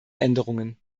änderungen